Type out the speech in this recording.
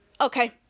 okay